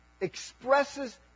expresses